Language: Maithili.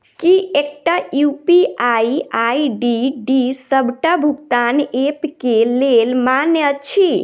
की एकटा यु.पी.आई आई.डी डी सबटा भुगतान ऐप केँ लेल मान्य अछि?